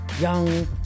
young